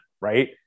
right